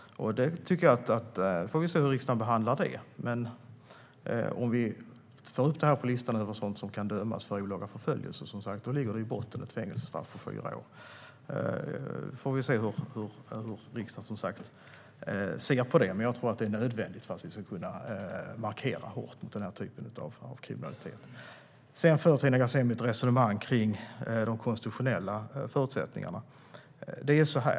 Vi får se hur riksdagen behandlar det, men om vi får upp det här på listan så att man kan dömas för olaga förföljelse ligger det i botten ett fängelsestraff på fyra år. Vi får som sagt se hur riksdagen ser på det, men jag tror att det är nödvändigt för att vi ska kunna markera hårt mot den här typen av kriminalitet. Sedan för Tina Ghasemi ett resonemang om de konstitutionella förutsättningarna.